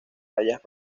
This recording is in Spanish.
rayas